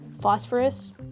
phosphorus